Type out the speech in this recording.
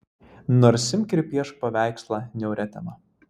nors imk ir piešk paveikslą niauria tema